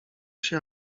się